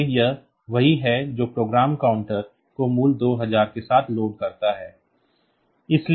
इसलिए यह वही है जो प्रोग्राम काउंटर को मूल्य 2000 के साथ लोड करता है